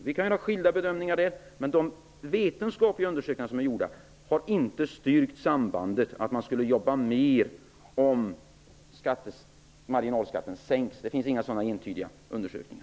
Vi kan göra skilda bedömningar där, men de vetenskapliga undersökningar som har gjorts har inte styrkt sambandet att man skulle jobba mer om marginalskatten sänks. Det finns inga sådana entydiga undersökningar.